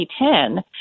2010